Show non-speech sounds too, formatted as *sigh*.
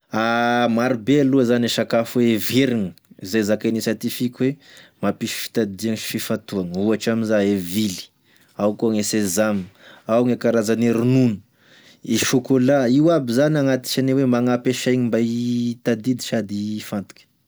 *hesitation* Marobe aloa zany e sakafo heverigny zay zakainy e siantifiky hoe mampisy fitadidiagny sy fifantoagny, ohatry miza e vily ao koa gne sesame, ao gne karazany e ronono, e chocolat io aby zany agnatisany hoe magnampy e saigny mba hitadidy sady hifantoky.